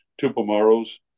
Tupamaros